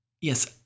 Yes